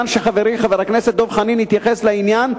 חברי, חבר הכנסת דב חנין, התייחס לעניין.